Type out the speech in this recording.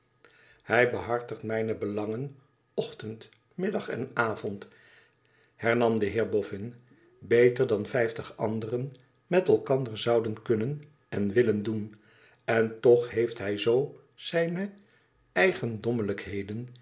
hij behartigt mijne belangen ochtend middag en avond hernam de heer boffin t beter dan vijftig anderen met elkander zouden kunnen en willen doen en toch heeft hij zoo zijne